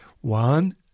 One